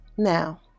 Now